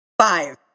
Five